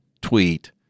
tweet